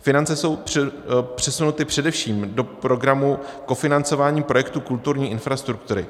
Finance jsou přesunuty především do Programu kofinancování projektu kulturní infrastruktury.